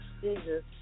Jesus